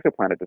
exoplanet